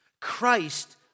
Christ